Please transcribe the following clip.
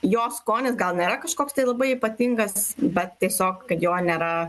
jo skonis gal nėra kažkoks tai labai ypatingas bet tiesiog jo nėra